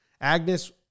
Agnes